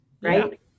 right